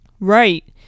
Right